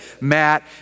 Matt